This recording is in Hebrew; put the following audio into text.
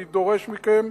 אני דורש מכם,